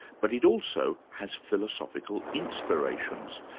but it also has philosophical inspirations.